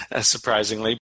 surprisingly